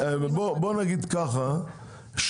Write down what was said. בוא נגיד ככה,